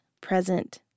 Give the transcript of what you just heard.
present